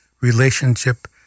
relationship